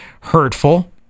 hurtful